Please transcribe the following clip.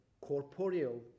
corporeal